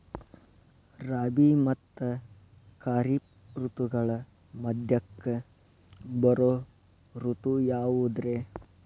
ರಾಬಿ ಮತ್ತ ಖಾರಿಫ್ ಋತುಗಳ ಮಧ್ಯಕ್ಕ ಬರೋ ಋತು ಯಾವುದ್ರೇ?